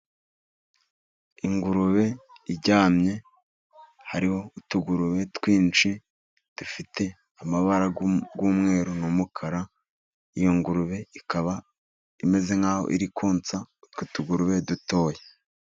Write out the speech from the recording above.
Ingurube iryamye hariho utugurube twinshi, dufite amabara y'umweru n'umukara. Iyo ngurube ikaba imeze nk'aho iri konsa utwo tugurube dutoya.